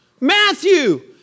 Matthew